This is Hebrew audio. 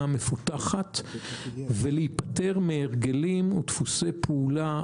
מפותחת והיפטר מהרגלים או דפוסי פעולה,